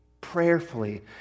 prayerfully